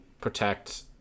protect